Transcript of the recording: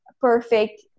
perfect